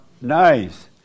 Nice